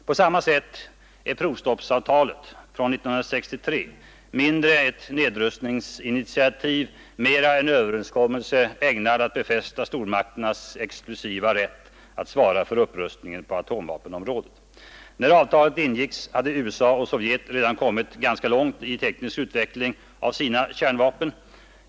På samma sätt är provstoppsavtalet från 1963 mindre ett nedrustningsinitiativ, mera en överenskommelse ägnad att befästa stormakternas exklusiva rätt att svara för upprustningen på atomvapenområdet. När avtalet ingicks hade USA och Sovjet redan kommit ganska långt i teknisk utveckling av sina kärnvapen.